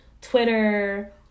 Twitter